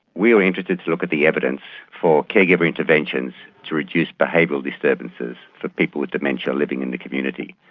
we were interested to look at the evidence for caregiver interventions to reduce behavioural disturbances for people with dementia living in the community.